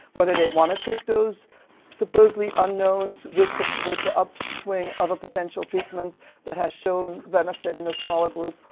whether they want to take those supposedly unknowns with the with the upswing of a potential treatment that has shown benefit in a smaller group,